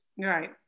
Right